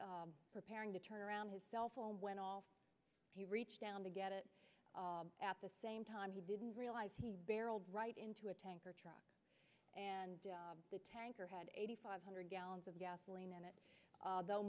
was preparing to turn around his cell phone went off he reached down to get it at the same time he didn't realize he barreled right into a tanker truck and the tanker had eighty five hundred gallons of gasoline in it